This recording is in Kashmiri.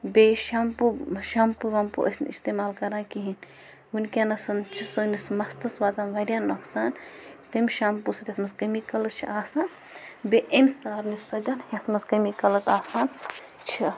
بیٚیہِ شَمپوٗ شَمپوٗ ومپوٗ ٲسۍ نہٕ استعمال کران کِہیٖنۍ وٕنۍکٮ۪نَس چھِ سٲنِس مَستَس واتان واریاہ نۄقصان تَمہِ شَمپوٗ سۭتۍ یَتھ منٛز کیٚمِکلٕز چھِ آسان بیٚیہِ اَمہِ سابنہِ سۭتۍ یَتھ منٛز کیٚمِکلٕز آسان چھِ